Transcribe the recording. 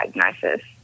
diagnosis